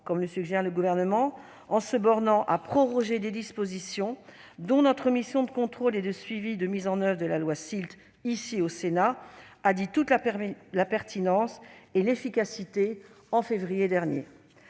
comme le suggère le Gouvernement, en se bornant à proroger des dispositions dont notre mission sénatoriale de contrôle et de suivi de la mise en oeuvre de la loi SILT a dit toute la pertinence et l'efficacité en février dernier